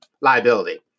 liability